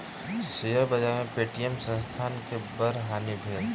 share बाजार में Paytm संस्थानक बड़ हानि भेल